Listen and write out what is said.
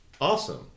Awesome